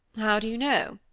how do you know?